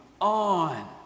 on